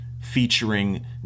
featuring